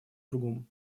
другом